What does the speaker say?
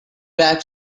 bag